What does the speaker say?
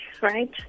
right